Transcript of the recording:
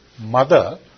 mother